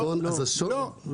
לא, לא.